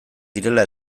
direla